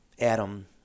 Adam